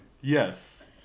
yes